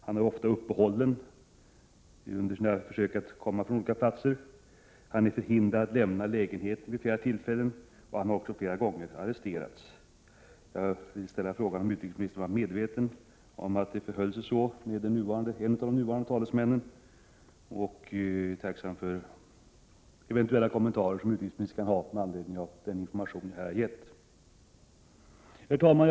Han är ofta uppehållen under sina försök att ta sig mellan olika platser. Han har vid flera tillfällen förhindrats att lämna lägenheten och han har också arresterats flera gånger. Jag vill fråga: Är utrikesministern medveten om att det förhåller sig på detta sätt när det gäller en av de nuvarande talesmännen? Jag är tacksam för eventuella kommentarer från utrikesministern med anledning av den information som jag här har gett. Herr talman!